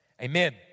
Amen